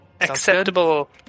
Acceptable